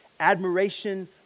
Admiration